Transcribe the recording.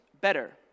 better